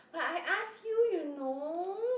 like I ask you you know